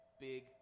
big